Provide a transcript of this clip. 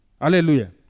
Hallelujah